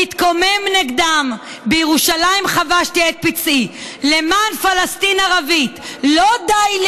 התקומם נגדם / בירושלים חבשתי את פצעיי / למען פלסטין ערבית / לא די לי